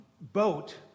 boat